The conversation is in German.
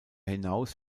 hinaus